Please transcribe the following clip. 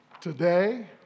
today